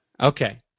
Okay